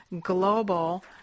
global